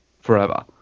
forever